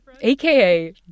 aka